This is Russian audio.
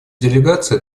делегация